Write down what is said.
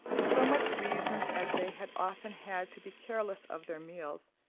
so much reason as they had often had to be careless of their meals,